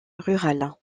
rurale